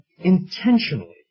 Intentionally